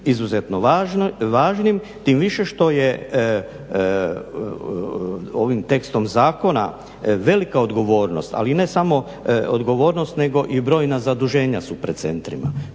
izuzetno važnim tim više što je ovim tekstom zakona velika odgovornost ali ne samo odgovornost nego i brojna zaduženja su pred centrima